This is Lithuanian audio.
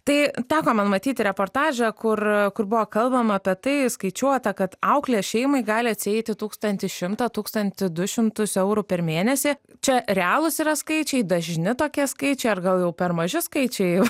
tai teko man matyti reportažą kur kur buvo kalbama apie tai skaičiuota kad auklė šeimai gali atsieiti tūkstantį šimtą tūkstantį du šimtus eurų per mėnesį čia realūs yra skaičiai dažni tokie skaičiai ar gal jau per maži skaičiai